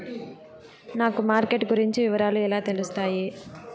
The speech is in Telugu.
నాకు మార్కెట్ గురించి వివరాలు ఎలా తెలుస్తాయి?